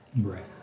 Right